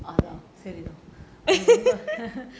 அதுதான் சரிதான்:athuthaan sarithaan